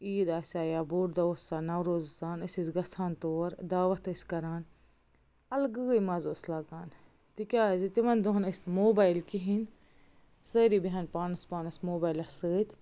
عیٖد آسیٛا بوٚڈ دۄہ اوس آسان نَو روز اوس آسان أسۍ ٲسۍ گَژھان تور دعوت ٲسۍ کَران الگٕے مَزٕ اوس لَگان تِکیٛازِ تِمن دۄہن ٲسۍ نہٕ موبایل کِہیٖنۍ سٲری بٮ۪ہن پانس پانس موبایلس سۭتۍ